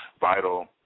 Vital